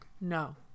No